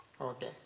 Okay